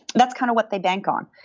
that's kind of what they bank on.